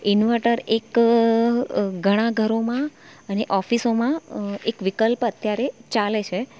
inverter એક ઘણા ઘરોમાં અને ઓફિસોમાં એક વિકલ્પ અત્યારે ચાલે છે